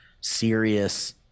serious